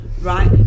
right